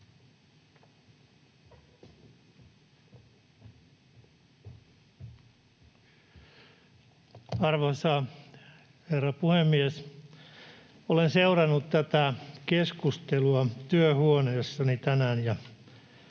Arvoisa herra puhemies! Olen seurannut tätä keskustelua työhuoneessani tänään,